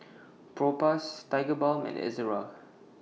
Propass Tigerbalm and Ezerra